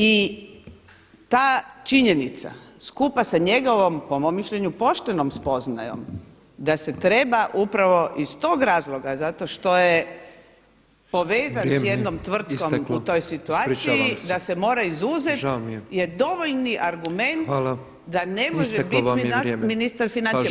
I ta činjenica skupa sa njegovom, po mom mišljenju poštenom spoznajom, da se treba upravo iz tog razloga zato što je povezan s jednom tvrtkom u toj situaciji [[Upadica Petrov: Vrijeme.]] da se mora izuzet jer dovoljni argument da ne može biti ministar financija